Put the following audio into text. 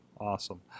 awesome